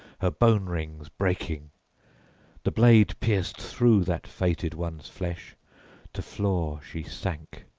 her bone-rings breaking the blade pierced through that fated-one's flesh to floor she sank.